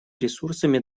ресурсами